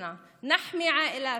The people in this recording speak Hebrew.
הבה נגן על עצמנו,